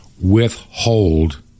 withhold